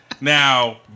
Now